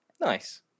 nice